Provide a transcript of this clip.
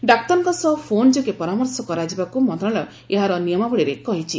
ଡାକ୍ତରଙ୍କ ସହ ଫୋନ୍ ଯୋଗେ ପରାମର୍ଶ କରାଯିବାକୁ ମନ୍ତ୍ରଣାଳୟ ଏହାର ନିୟମାବଳୀରେ କହିଛି